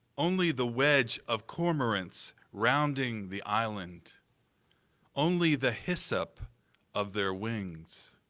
only the wedge of cormorants rounding the island only the hyssop of their wings